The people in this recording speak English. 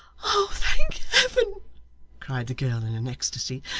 thank heaven cried the girl in an ecstasy.